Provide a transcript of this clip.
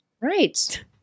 Right